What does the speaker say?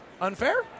Unfair